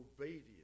obedience